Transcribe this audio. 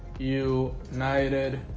you united